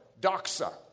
Doxa